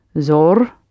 Zor